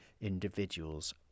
individuals